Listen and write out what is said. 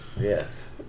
Yes